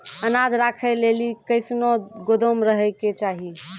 अनाज राखै लेली कैसनौ गोदाम रहै के चाही?